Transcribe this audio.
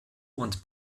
und